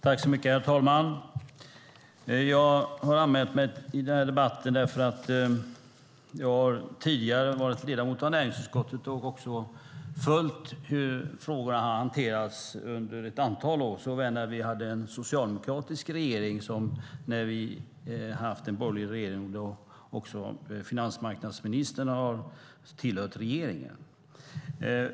Herr talman! Jag har anmält mig till den här debatten eftersom jag tidigare har varit ledamot av näringsutskottet och har följt hur frågorna har hanterats under ett antal år, såväl när vi hade en socialdemokratisk regering som när vi har haft en borgerlig regering, då även finansmarknadsministern har tillhört regeringen.